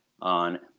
on